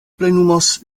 plenumos